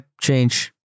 change